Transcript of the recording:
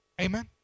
Amen